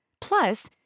Plus